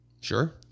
Sure